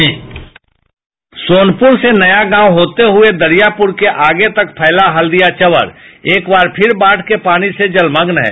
bite Sonpur से नया गांव होते हुये दरियापुर के आगे तक फैला हल्दिया चंवर एक बार फिर बाढ़ के पानी से जलमग्न है